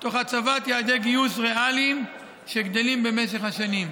תוך הצבת יעדי גיוס ריאליים שגדלים במשך השנים.